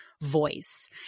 voice